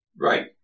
Right